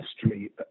history